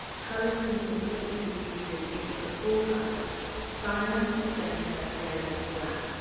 colour printing typically uses ink of four colours cyan, magenta, yellow and black,